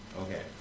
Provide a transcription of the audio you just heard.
Okay